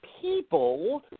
people